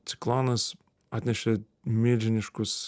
ciklonas atnešė milžiniškus